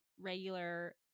regular